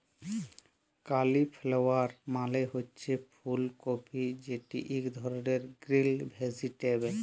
cauliflower মালে হছে ফুল কফি যেট ইক ধরলের গ্রিল ভেজিটেবল